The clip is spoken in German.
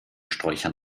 sträuchern